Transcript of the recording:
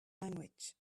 language